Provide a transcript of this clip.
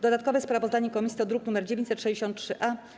Dodatkowe sprawozdanie komisji to druk nr 963-A.